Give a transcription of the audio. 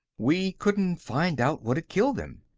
we couldn't find out what had killed them.